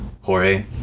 Jorge